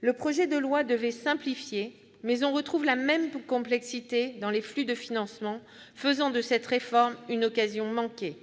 Le projet de loi devait simplifier, mais on retrouve la même complexité dans les flux de financement, faisant de cette réforme une occasion manquée.